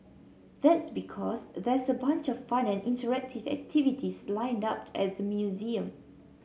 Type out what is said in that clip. that's because there's a bunch of fun and interactive activities lined up at the museum